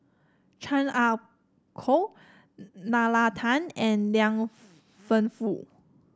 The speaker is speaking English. Chan Ah Kow Nalla Tan and Liang Wenfu